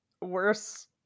worse